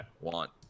want